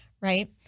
right